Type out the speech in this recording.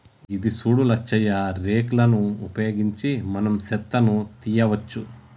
గిది సూడు లచ్చయ్య రేక్ లను ఉపయోగించి మనం సెత్తను తీయవచ్చు